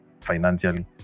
financially